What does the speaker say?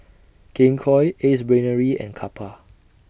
King Koil Ace Brainery and Kappa